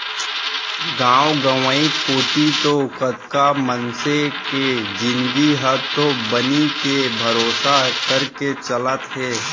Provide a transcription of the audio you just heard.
गांव गंवई कोती तो कतका मनसे के जिनगी ह तो बनी के भरोसा करके चलत हे